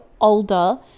older